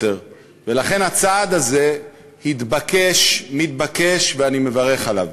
לכן, הצעד הזה התבקש, מתבקש, ואני מברך עליו.